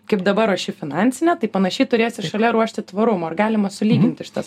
kaip dabar ruoši finansinę taip panašiai turėsi šalia ruošti tvarumo ar galima sulyginti šitas